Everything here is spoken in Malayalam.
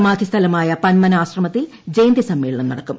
സമാധിസ്ഥലമായ പന്മന ആശ്രമത്തിൽ ജയന്തി സമ്മേളനം നടക്കും